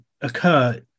occur